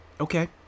Okay